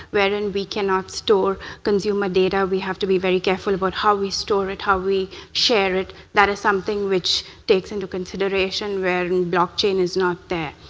wherein we cannot store consumer data. we have to be very careful about how we store it, how we share it. that is something which takes into consideration wherein blockchain is not there.